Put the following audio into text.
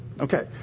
Okay